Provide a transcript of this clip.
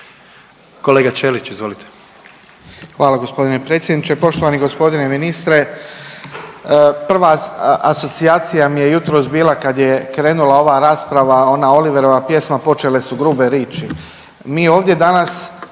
Kolega Ćelić izvolite.